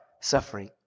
suffering